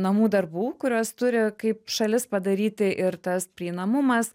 namų darbų kuriuos turi kaip šalis padaryti ir tas prieinamumas